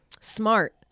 Smart